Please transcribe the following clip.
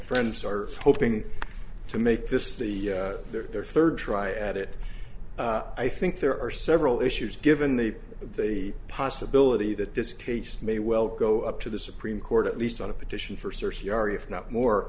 friends are hoping to make this the their their third try at it i think there are several issues given the the possibility that this case may well go up to the supreme court at least on a petition for certiorari if not more